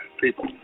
people